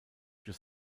durch